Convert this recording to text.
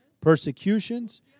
persecutions